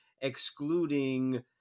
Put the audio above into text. excluding